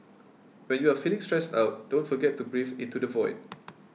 when you are feeling stressed out don't forget to breathe into the void